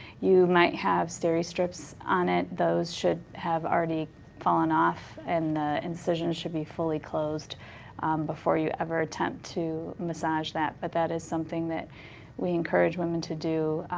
you might have steri-strips on it. those should have already fallen off and the incision should be fully closed before you ever attempt to massage that. but that is something that we encourage women to do.